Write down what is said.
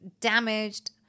damaged